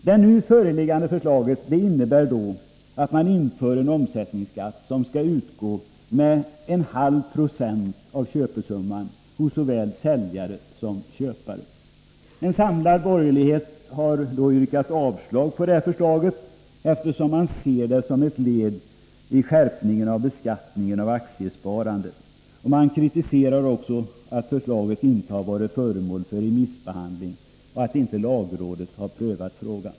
Det nu föreliggande förslaget innebär att man inför en omsättningsskatt som skall utgå med 0,5 96 av köpesumman hos såväl säljare som köpare. En samlad borgerlighet har yrkat avslag på förslaget, eftersom man ser det som ett led i att skärpa beskattningen av aktiesparandet. Man kritiserar att förslaget inte har varit föremål för remissbehandling och att lagrådet inte prövat frågan.